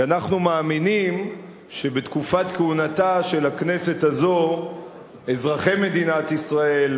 כי אנחנו מאמינים שבתקופת כהונתה של הכנסת הזאת אזרחי מדינת ישראל,